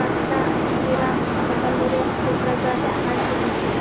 Baksa Chirang Udalguri Kokrajhar Majuli